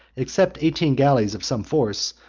except eighteen galleys of some force,